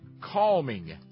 Calming